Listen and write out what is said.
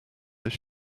this